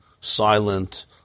silent